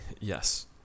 Yes